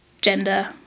gender